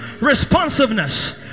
responsiveness